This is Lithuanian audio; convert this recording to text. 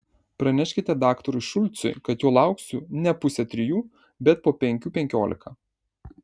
praneškite daktarui šulcui kad jo lauksiu ne pusę trijų bet po penkių penkiolika